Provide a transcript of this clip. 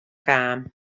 kaam